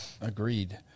Agreed